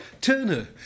turner